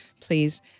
please